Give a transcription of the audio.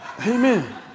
Amen